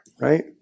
right